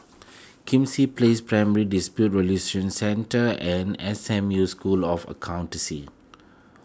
Kismis Place Primary Dispute Resolution Centre and S M U School of Accountancy